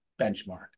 benchmark